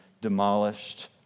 demolished